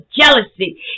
jealousy